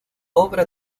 obra